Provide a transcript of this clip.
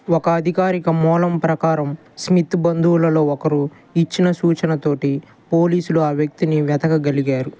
ఒక అధికారిక మూలం ప్రకారం స్మిత్ బంధువులలో ఒకరు ఇచ్చిన సూచనతోటి పోలీసులు ఆ వ్యక్తిని వెతకగలిగారు